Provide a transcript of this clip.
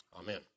Amen